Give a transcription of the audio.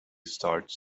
starts